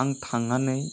आं थांनानै